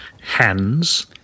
hands